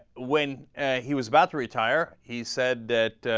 when and he was about to retire he said that ah.